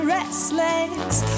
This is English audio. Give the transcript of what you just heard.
Restless